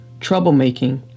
troublemaking